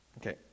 Okay